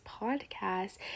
podcast